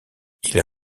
ils